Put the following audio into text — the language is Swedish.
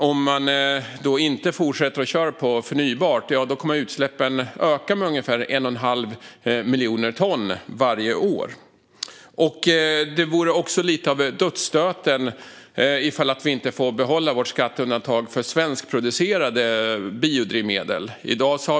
Om man inte fortsätter att köra på förnybart kommer utsläppen att öka med ungefär 1 1⁄2 miljoner ton varje år. Om vi inte får behålla vårt skatteundantag för svenskproducerade biodrivmedel skulle det bli lite av en dödsstöt.